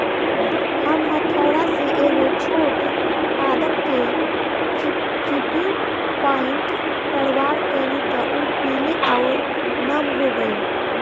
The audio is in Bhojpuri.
हम हथौड़ा से एगो छोट पादप के चिपचिपी पॉइंट पर वार कैनी त उ पीले आउर नम हो गईल